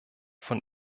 von